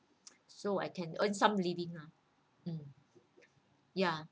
so I can earn some living lah mm ya